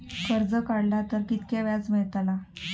कर्ज काडला तर कीतक्या व्याज मेळतला?